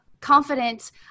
confident